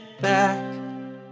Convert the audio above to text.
back